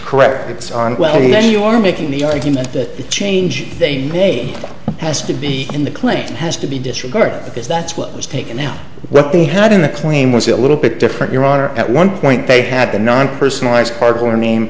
correct it's on well you are making the argument that the change they may has to be in the clinic has to be disregarded because that's what was taken out what they had in the claim was a little bit different your honor at one point they had the non personalized card or name